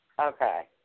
Okay